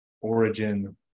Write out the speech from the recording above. origin